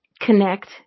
connect